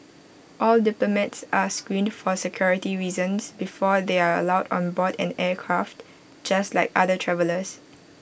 all diplomats are screened for security reasons before they are allowed on board an aircraft just like other travellers